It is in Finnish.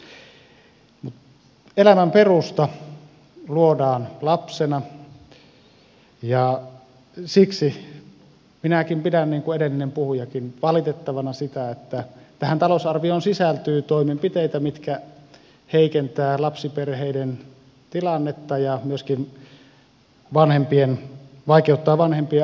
elämän perusta luodaan lapsena ja siksi minäkin pidän niin kuin edellinenkin puhuja valitettavana sitä että tähän talousarvioon sisältyy toimenpiteitä mitkä heikentävät lapsiperheiden tilannetta ja myöskin vaikeuttavat vanhempien arvokasta kasvatustehtävää